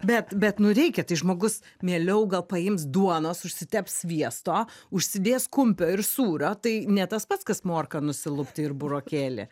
bet bet nu reikia tai žmogus mieliau gal paims duonos užsiteps sviesto užsidės kumpio ir sūrio tai ne tas pats kas morka nusilupti ir burokėlį